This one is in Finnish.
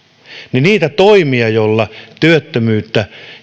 niitä toimia joilla työttömyyttä